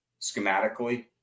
schematically